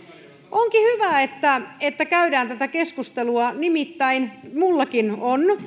onkin hyvä että käydään tätä keskustelua nimittäin minullakin on